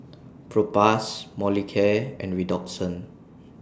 Propass Molicare and Redoxon